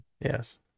Yes